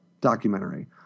documentary